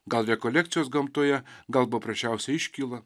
gal rekolekcijos gamtoje gal paprasčiausia iškyla